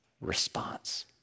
response